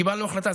קיבלנו החלטה,